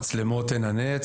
מצלמות עין הנץ,